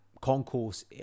concourse